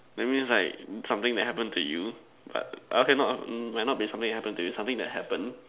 that means like something that happens to you but okay not might not be something that happens to you something that happen